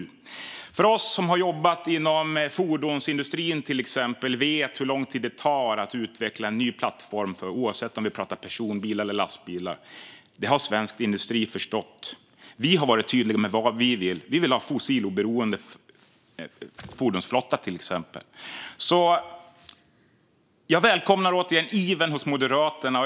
Vi som har jobbat inom fordonsindustrin, till exempel, vet hur lång tid det tar att utveckla en ny plattform, oavsett om vi talar om person eller lastbilar. Detta har svensk industri förstått. Vi har varit tydliga med vad vi vill. Vi vill till exempel ha en fossiloberoende fordonsflotta. Jag välkomnar återigen ivern hos Moderaterna.